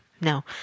No